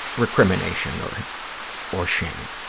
recrimination or or shame.